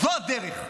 זו הדרך?